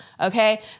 okay